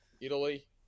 Italy